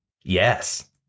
Yes